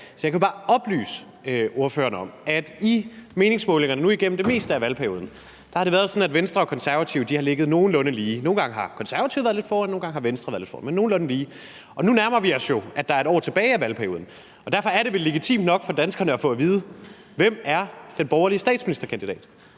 så jeg kan bare oplyse ordføreren om, at i meningsmålingerne nu igennem det meste af valgperioden har det været sådan, at Venstre og Konservative har ligget nogenlunde lige. Nogle gange har Konservative været lidt foran, og nogle gange har Venstre været lidt foran, men de har ligget nogenlunde lige. Og nu nærmer vi os jo, at der er et år tilbage af valgperioden, og derfor er det vel legitimt nok for danskerne at få at vide, hvem den borgerlige statsministerkandidat